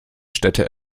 städte